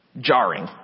jarring